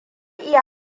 iya